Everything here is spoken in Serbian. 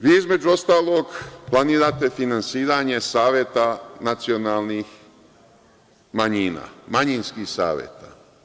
Vi između ostalog planirate finansiranje Saveta nacionalnih manjina, manjinskih saveta.